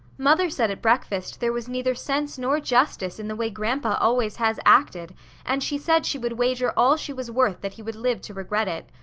mother said at breakfast there was neither sense nor justice in the way grandpa always has acted and she said she would wager all she was worth that he would live to regret it.